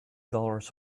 dollars